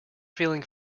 feeling